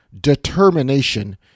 determination